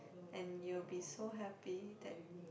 and you'll be so happy that